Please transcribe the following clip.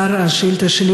חברי הכנסת,